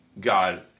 God